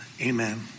Amen